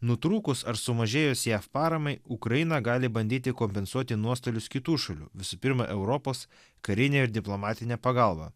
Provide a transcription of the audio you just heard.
nutrūkus ar sumažėjus jav paramai ukraina gali bandyti kompensuoti nuostolius kitų šalių visų pirma europos karine ir diplomatine pagalba